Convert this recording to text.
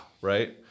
right